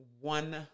one